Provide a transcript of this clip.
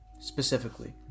specifically